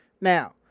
Now